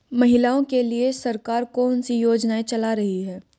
महिलाओं के लिए सरकार कौन सी योजनाएं चला रही है?